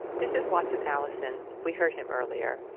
this is watson allison. we heard him earlier.